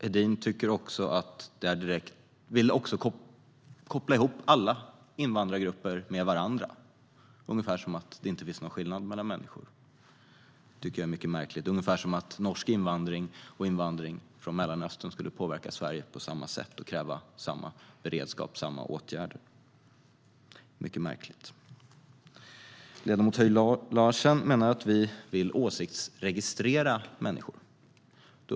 Hedin vill också koppla ihop alla invandrargrupper med varandra - ungefär som att det inte finns någon skillnad mellan människor och att norsk invandring och invandring från Mellanöstern skulle påverka Sverige på samma sätt och kräva samma beredskap och åtgärder. Det är mycket märkligt. Ledamot Christina Höj Larsen menar att vi vill åsiktsregistrera människor.